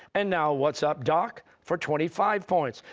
and now what's up, doc? for twenty five points.